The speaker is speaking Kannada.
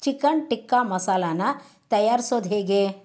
ಚಿಕನ್ ಟಿಕ್ಕಾ ಮಸಾಲಾನ ತಯಾರ್ಸೋದು ಹೇಗೆ